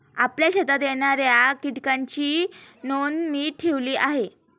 आपल्या शेतात येणाऱ्या कीटकांची नोंद मी ठेवली आहे